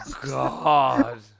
God